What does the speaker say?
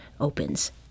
opens